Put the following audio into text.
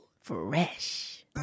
Fresh